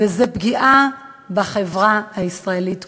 וזו פגיעה בחברה הישראלית כולה.